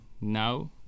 now